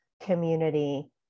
community